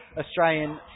Australian